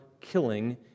killing